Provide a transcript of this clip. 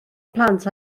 plant